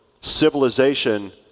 civilization